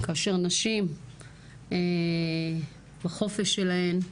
כאשר נשים בחופש שלהן,